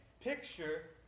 picture